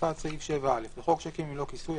הוספת סעיף 7א 1. בחוק שיקים ללא כיסוי,